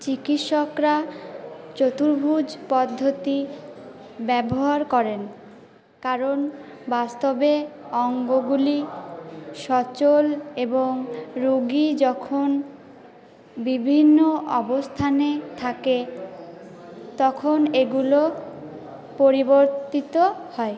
চিকিৎসকরা চতুর্ভুজ পদ্ধতি ব্যবহার করেন কারণ বাস্তবে অঙ্গগুলি সচল এবং রুগী যখন বিভিন্ন অবস্থানে থাকে তখন এগুলো পরিবর্তিত হয়